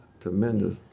tremendous